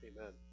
Amen